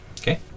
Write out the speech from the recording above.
Okay